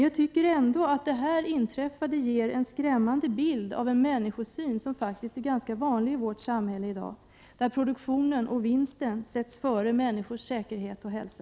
Jag tycker ändå att det inträffade ger en skrämmande bild av en människosyn som faktiskt är ganska vanlig i vårt samhälle i dag, där produktionen och vinsten sätts före människors säkerhet och hälsa.